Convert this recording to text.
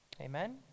Amen